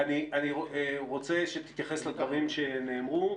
אני רוצה שתתייחס לדברים שנאמרו,